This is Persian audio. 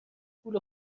پول